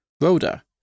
Rhoda